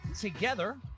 together